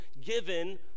given